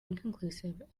inconclusive